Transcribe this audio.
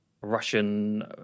Russian